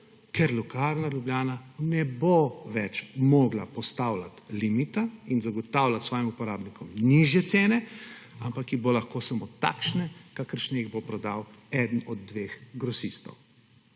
Ljubljana ne bo več mogla postavljati limita in zagotavljati svojim uporabnikom nižje cene, ampak jih bo lahko samo takšne, kakršne jih bo prodal eden od dveh grosistov.